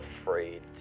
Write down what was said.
afraid